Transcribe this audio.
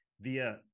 via